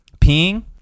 peeing